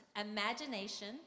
imagination